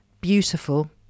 Beautiful